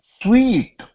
sweet